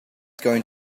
going